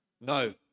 No